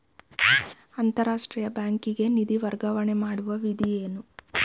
ಅಂತಾರಾಷ್ಟ್ರೀಯ ಬ್ಯಾಂಕಿಗೆ ನಿಧಿ ವರ್ಗಾವಣೆ ಮಾಡುವ ವಿಧಿ ಏನು?